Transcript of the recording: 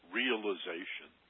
realization